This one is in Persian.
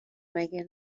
مگه